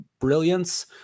brilliance